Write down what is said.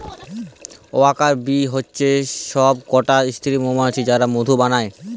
worker bee হচ্ছে সব কটা স্ত্রী মৌমাছি যারা মধু বানায়